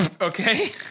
Okay